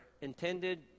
intended